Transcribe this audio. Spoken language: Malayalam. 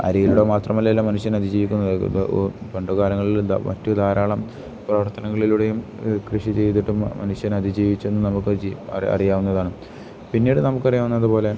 അരിയിലൂടെ മാത്രമല്ല അല്ല മനുഷ്യൻ അതിജീവിക്കുന്നത് പണ്ടുകാലങ്ങളിൽ മറ്റ് ധാരാളം പ്രവർത്തനങ്ങളിലൂടെയും കൃഷി ചെയ്തിട്ടും മനുഷ്യൻ അതിജീവിച്ചും നമുക്ക് അറിയാവുന്നതാണ് പിന്നീട് നമുക്ക് അറിയാവുന്നതു പോലെ